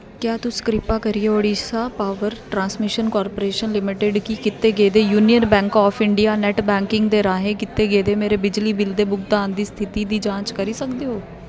क्या तुस कृपा करियै Odisha power transmission corporation limited गी कि कीते गेदे union bank of India net banking दे राहें कीते गेदे मेरे बिजली बिल दे भुगतान दी स्थिति दी जांच करी सकदे ओ